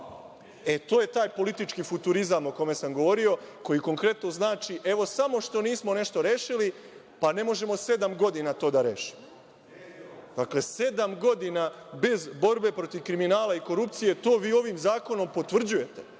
E, to je taj politički futurizam o kome sam govorio, koji konkretno znači – evo, samo što nismo nešto rešili, pa ne možemo sedam godina to da rešimo. Dakle, sedam godina bez borbe protiv kriminala i korupcije, to vi ovim zakonom potvrđujete.